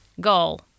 Goal